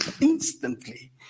instantly